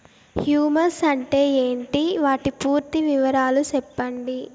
Humus అంటే ఏంటి? వాటి పూర్తి వివరాలు సెప్పండి?